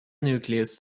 nucleus